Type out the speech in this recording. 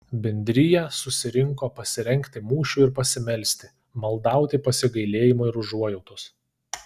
bendrija susirinko pasirengti mūšiui ir pasimelsti maldauti pasigailėjimo ir užuojautos